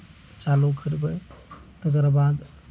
चालू करबै तकर बाद